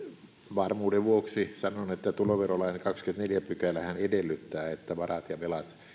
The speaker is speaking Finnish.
varmuuden vuoksi sanon että tuloverolain kahdeskymmenesneljäs pykälähän edellyttää että varat ja velat